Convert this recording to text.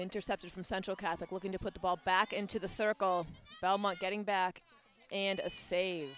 intercepted from central catholic looking to put the ball back into the circle belmont getting back and a save